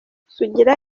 sugira